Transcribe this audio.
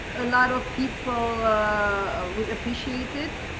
a lot of people ah would appreciate it.